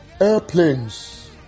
airplanes